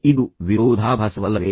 ಇದು ವಿರೋಧಾಭಾಸವಲ್ಲವೇ